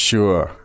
Sure